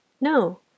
No